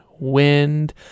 Wind